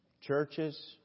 Churches